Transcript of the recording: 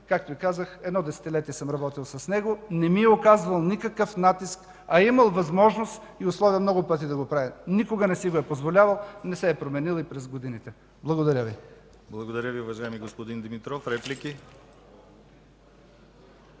Както казах, едно десетилетие съм работил с него – не ми е оказвал никакъв натиск, а е имал възможност и условия много пъти да го прави. Никога не си е позволявал, не се е променил и през годините. Благодаря Ви. ПРЕДСЕДАТЕЛ ДИМИТЪР ГЛАВЧЕВ: Благодаря Ви, уважаеми господин Димитров. Реплики?